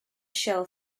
shell